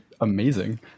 amazing